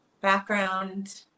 background